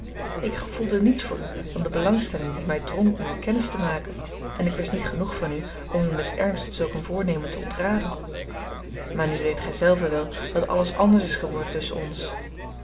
ik gevoelde niets voor u dan de belangstelling die mij drong uwe kennis te maken en ik wist niet genoeg van u om u met ernst zulk een voornemen te ontraden maar nu weet gij zelve wel dat alles anders is geworden tusschen ons